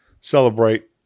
celebrate